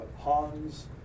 Hans